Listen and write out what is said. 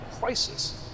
crisis